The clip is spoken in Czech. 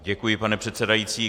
Děkuji, pane předsedající.